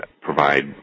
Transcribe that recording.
provide